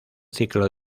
ciclo